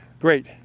great